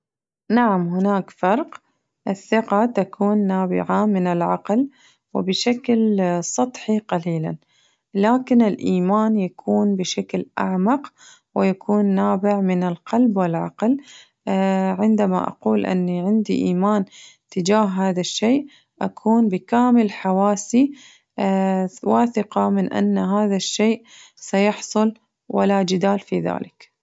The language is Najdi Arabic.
نعم هناك فرق، الثقة تكون نابعة من العقل وبشكل سطحي قليلاً لكن الإيمان يكون بشكل أعمق ويكون نابع من القلب والعقل عندما أقول أني عندي إيمان تجاه هذا الشي أكون بكامل حواسي واثقة من أن هذا الشيء سيحصل ولا جدال في ذلك.